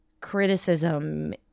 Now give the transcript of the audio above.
criticism